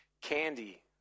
candy